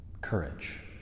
courage